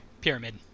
Pyramid